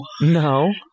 no